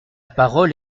parole